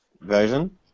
version